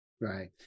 Right